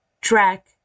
track